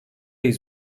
ayı